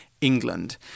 England